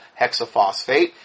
hexaphosphate